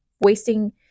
wasting